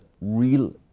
real